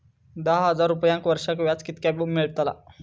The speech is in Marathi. दहा हजार रुपयांक वर्षाक व्याज कितक्या मेलताला?